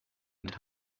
and